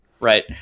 Right